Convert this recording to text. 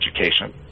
education